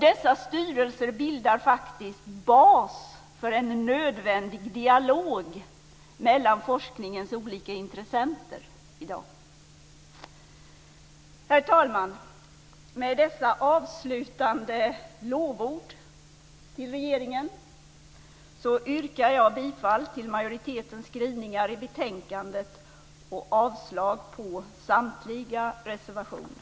Dessa styrelser bildar faktiskt en bas för en nödvändig dialog mellan forskningens olika intressenter i dag. Herr talman! Med dessa avslutande lovord till regeringen yrkar jag bifall till majoritetens skrivningar i betänkandet och avslag på samtliga reservationer.